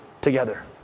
together